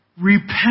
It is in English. repent